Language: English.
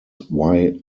why